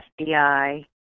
FBI